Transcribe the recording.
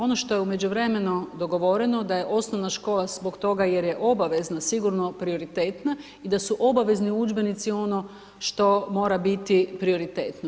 Ono što je u međuvremenu dogovoreno da je osnovna škola zbog toga što je obavezna sigurno prioritetna i da su obavezni udžbenici ono što mora biti prioritetni.